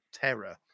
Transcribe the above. terror